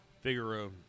Figaro